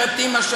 אומרת אימא,